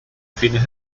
fines